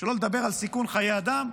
שלא לדבר על סיכון חיי אדם,